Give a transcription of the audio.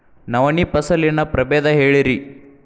ನವಣಿ ಫಸಲಿನ ಪ್ರಭೇದ ಹೇಳಿರಿ